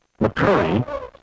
McCurry